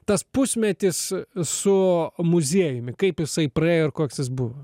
tas pusmetis su muziejumi kaip jisai praėjo ir koks jis buvo